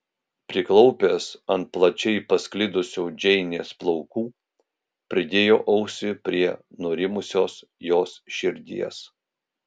priklaupęs ant plačiai pasklidusių džeinės plaukų pridėjo ausį prie nurimusios jos širdies